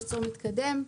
ייצור מתקדם,